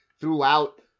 throughout